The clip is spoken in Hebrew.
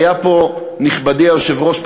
והיה פה נכבדי היושב-ראש,